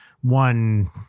one